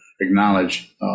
acknowledge